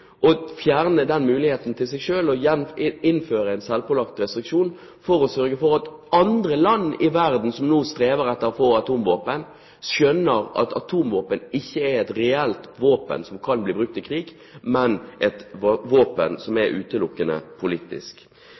å fjerne den muligheten for en selv og innføre en selvpålagt restriksjon for å sørge for at andre land i verden som nå strever etter å få atomvåpen, skjønner at atomvåpen ikke er et reelt våpen som kan bli brukt i krig, men et våpen som er utelukkende politisk.